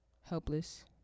helpless